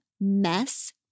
Mess